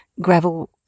gravel